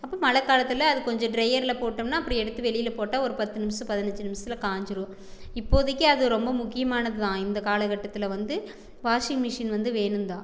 அப்போ மழைக்காலத்துல அது கொஞ்சம் ட்ரையரில் போட்டோம்னால் அப்புறம் எடுத்து வெளியில் போட்டால் ஒரு பத்து நிமிஸம் பதினஞ்சு நிமிஸத்ல காஞ்சுடும் இப்போதிக்கு அது ரொம்ப முக்கியமானதுதான் இந்த காலக்கட்டத்தில் வந்து வாஷிங்மிஷின் வந்து வேணும்தான்